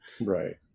Right